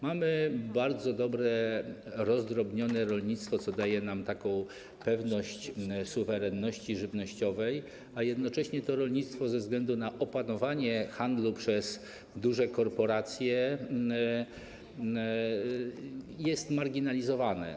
Mamy bardzo dobre, rozdrobnione rolnictwo, co daje nam pewność suwerenności żywnościowej, a jednocześnie to rolnictwo ze względu na opanowanie handlu przez duże korporacje jest marginalizowane.